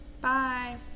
Bye